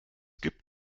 gibt